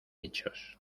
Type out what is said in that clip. hechos